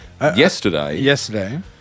yesterday